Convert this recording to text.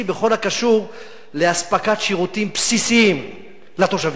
בכל הקשור לאספקת שירותים בסיסיים לתושבים.